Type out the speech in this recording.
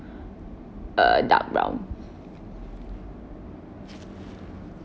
uh dark brown